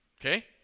Okay